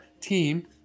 team